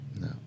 no